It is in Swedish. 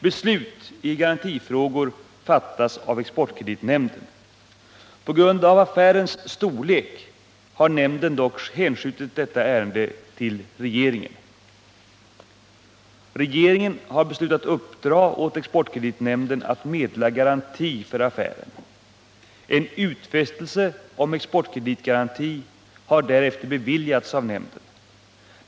Beslut i garantifrågor fattas av exportkreditnämnden. På grund av affärens storlek har nämnden dock hänskjutit detta ärende till regeringen. Regeringen har beslutat uppdra åt exportkreditnämnden att meddela garanti för affären. En utfästelse om exportkreditgaranti har därefter beviljats av nämnden.